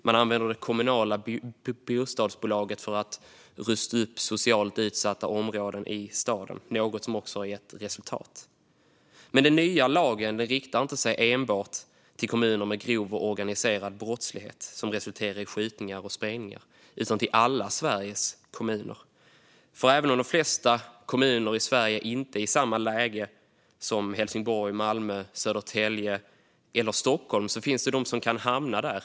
Man använder det kommunala bostadsbolaget för att rusta upp socialt utsatta områden i staden, vilket också har gett resultat. Men den nya lagen riktar sig inte enbart till kommuner med grov organiserad brottslighet som resulterar i skjutningar och sprängningar utan till alla Sveriges kommuner. Även om de flesta kommuner i Sverige inte är i samma läge som Helsingborg, Malmö, Södertälje eller Stockholm finns det kommuner som kan hamna där.